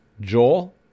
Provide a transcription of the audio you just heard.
Joel